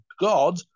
God